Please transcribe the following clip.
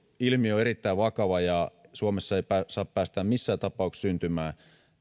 ilmiö on erittäin vakava ja suomessa ei saa päästää missään tapauksessa syntymään